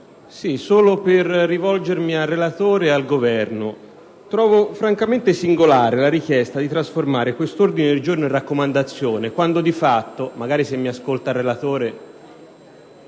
intervengo per rivolgermi al relatore e al Governo. Trovo francamente singolare la richiesta di trasformare questo ordine del giorno in raccomandazione quando di fatto - pregherei il relatore